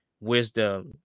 wisdom